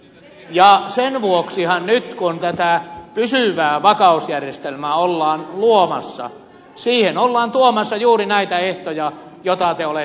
sen vuoksihan nyt kun tätä pysyvää vakausjärjestelmää ollaan luomassa siihen ollaan tuomassa juuri näitä ehtoja joita te olette vaatineet